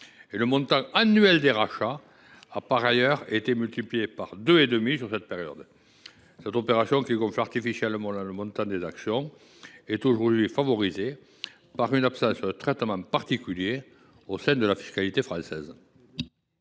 Le montant annuel des rachats a par ailleurs été multiplié par 2,5 sur cette période. Une telle opération, qui gonfle artificiellement le montant des actions, est aujourd’hui favorisée par une absence de traitement particulier au sein de la fiscalité française.